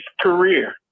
career